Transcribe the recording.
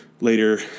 later